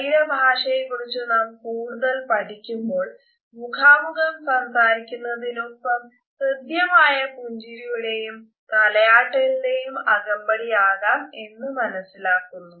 ശരീരഭാഷയെക്കുറിച്ചു നാം കൂടുതൽ പഠിക്കുമ്പോൾ മുഖാമുഖം സംസാരിക്കുന്നതിനൊപ്പം ഹൃദ്യമായ പുഞ്ചിരിയുടെയും തലയാട്ടലിന്റെയും അകമ്പടിയാകാം എന്ന് മനസിലാക്കുന്നു